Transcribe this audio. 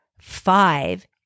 five